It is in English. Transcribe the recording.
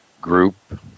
group